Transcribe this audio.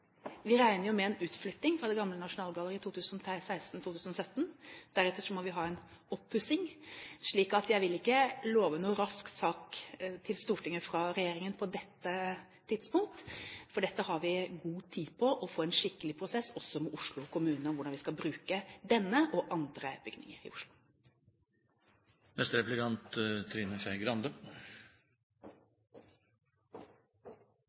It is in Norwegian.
Vi regner med en utflytting fra det gamle Nasjonalgalleriet 2016–2017. Deretter må vi ha en oppussing, slik at jeg vil ikke love noen rask sak til Stortinget fra regjeringen på dette tidspunkt. Vi har god tid til å få en skikkelig prosess, også med Oslo kommune, om hvordan vi skal bruke denne og andre bygninger i Oslo. Det er